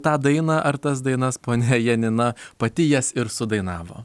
tą dainą ar tas dainas ponia janina pati jas ir sudainavo